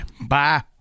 bye